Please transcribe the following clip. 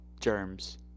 germs